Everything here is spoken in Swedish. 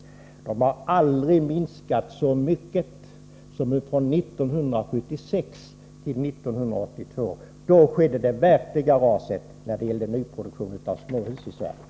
Nybyggandet av småhus har aldrig minskat så mycket som från 1976 till 1982. Då skedde det verkliga raset när det gäller nyproduktion av småhus i Sverige.